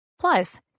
Plus